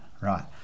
right